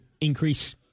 increase